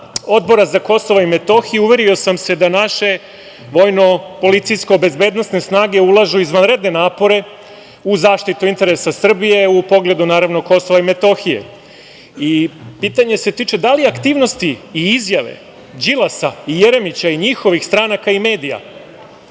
Odbora za Kosovo i Metohiju uverio sam se da naše vojno-policijsko bezbednosne snage ulažu izvanredne napore u zaštitu interesa Srbije u pogledu Kosova i Metohije. Pitanje se tiče – da li aktivnosti i izjave Đilasa i Jeremića i njihovih stranaka i medija,